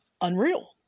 unreal